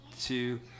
two